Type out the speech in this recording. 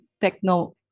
techno